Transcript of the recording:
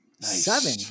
seven